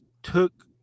took